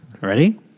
Ready